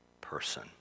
person